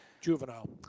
Juvenile